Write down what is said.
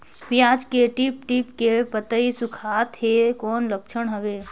पियाज के टीप टीप के पतई सुखात हे कौन लक्षण हवे?